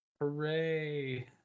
Hooray